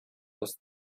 aus